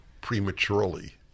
prematurely